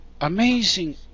amazing